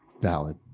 Valid